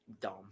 Dumb